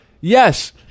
yes